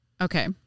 Okay